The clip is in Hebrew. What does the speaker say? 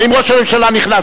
האם ראש הממשלה נכנס?